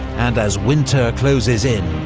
and as winter closes in,